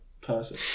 person